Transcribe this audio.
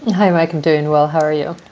hi, mike. i'm doing well. how are you?